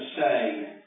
say